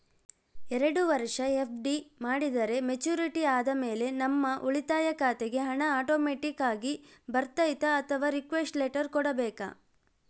ಎರಡು ವರುಷ ಎಫ್.ಡಿ ಮಾಡಿದರೆ ಮೆಚ್ಯೂರಿಟಿ ಆದಮೇಲೆ ನಮ್ಮ ಉಳಿತಾಯ ಖಾತೆಗೆ ಹಣ ಆಟೋಮ್ಯಾಟಿಕ್ ಆಗಿ ಬರ್ತೈತಾ ಅಥವಾ ರಿಕ್ವೆಸ್ಟ್ ಲೆಟರ್ ಕೊಡಬೇಕಾ?